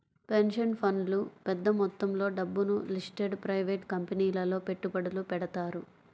pension ఫండ్లు పెద్ద మొత్తంలో డబ్బును లిస్టెడ్ ప్రైవేట్ కంపెనీలలో పెట్టుబడులు పెడతారు